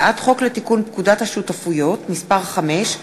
הצעת חוק לתיקון פקודת השותפויות (מס' 5)